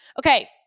Okay